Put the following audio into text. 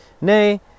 Nay